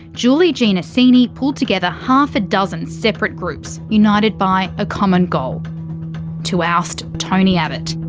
julie giannesini pulled together half a dozen separate groups united by a common goal to oust tony abbott.